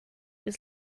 was